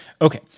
Okay